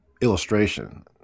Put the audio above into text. illustration